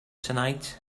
tonight